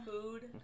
food